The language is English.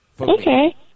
Okay